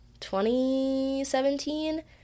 2017